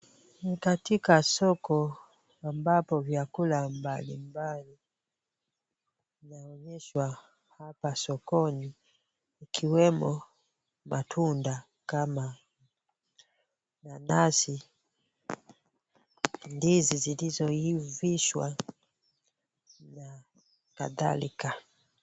Ni katika soko ambapo vyakula mbalimbali vinaonyeshwa hapa sokoni ikiwemo matunda, kama nanasi, ndizi zilizohivishwa, na kadhalika.